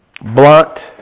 Blunt